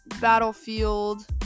Battlefield